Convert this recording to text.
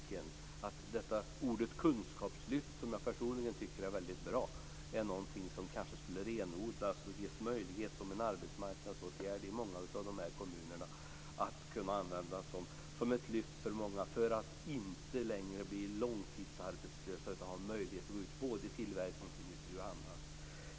Kunskapslyftet, som jag personligen tycker är väldigt bra, är någonting som kanske skulle renodlas och ges möjlighet som en arbetsmarknadsåtgärd i många av de här kommunerna, att användas som ett lyft för många så att de inte förblir långtidsarbetslösa utan får möjlighet att gå ut både i tillverkningsindustri och annat.